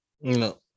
No